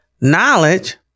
Knowledge